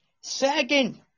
Second